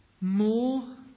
more